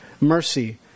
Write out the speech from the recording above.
mercy